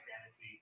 fantasy